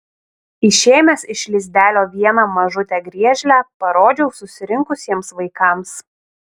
išėmęs iš lizdelio vieną mažutę griežlę parodžiau susirinkusiems vaikams